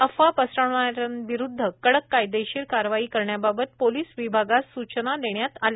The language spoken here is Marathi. अफवा पसरविणाऱ्यांविरूध्द कडक कायदेशीर कारवाई करण्याबाबत पोलीस विभागास स्चना देण्यात आल्या आहेत